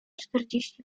czterdzieści